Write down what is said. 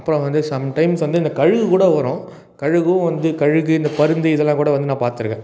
அப்புறம் வந்து சம்டைம்ஸ் வந்து இந்த கழுகு கூட வரும் கழுகும் வந்து கழுகு இந்த பருந்து இதெல்லாம் கூட வந்து நான் பார்த்துருக்கேன்